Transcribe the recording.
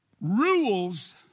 Rules